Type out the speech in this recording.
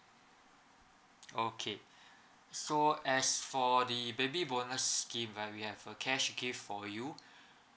okay so as for the baby bonus scheme where we have a cash gift for you